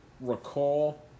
recall